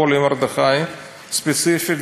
פולי מרדכי ספציפית,